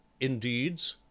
indeeds